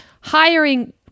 hiring